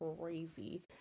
crazy